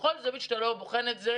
בכל זווית שאתה בוחן את זה